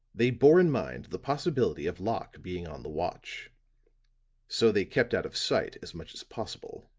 they bore in mind the possibility of locke being on the watch so they kept out of sight as much as possible.